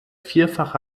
vierfache